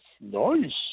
Nice